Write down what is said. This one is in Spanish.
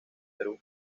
perú